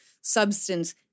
substance